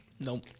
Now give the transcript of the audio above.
Nope